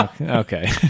okay